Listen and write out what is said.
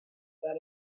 that